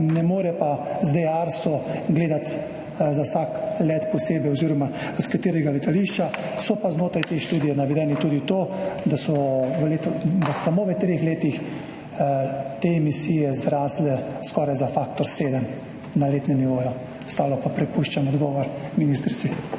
Ne more pa z daj ARSO gledati za vsak let posebej oziroma s katerega letališča. So pa znotraj te študije navedli tudi to, da so v samo treh letih te emisije zrasle skoraj za faktor sedem na letnem nivoju. Za ostalo pa prepuščam odgovor ministrici.